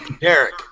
Derek